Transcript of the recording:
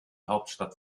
hauptstadt